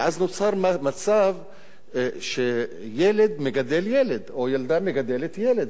ואז נוצר מצב שילד מגדל ילד או ילדה מגדלת ילד.